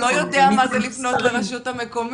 הוא לא יודע מה זה לפנות לרשות המקומית.